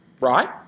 right